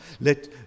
Let